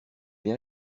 bien